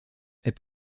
est